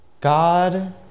God